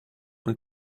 und